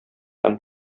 һәм